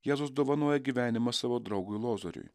jėzus dovanoja gyvenimą savo draugui lozoriui